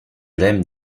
l’aime